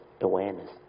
awareness